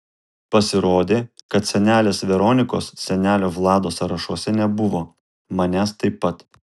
pasirodė kad senelės veronikos senelio vlado sąrašuose nebuvo manęs taip pat